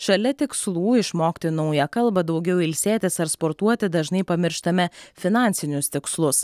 šalia tikslų išmokti naują kalbą daugiau ilsėtis ar sportuoti dažnai pamirštame finansinius tikslus